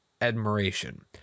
admiration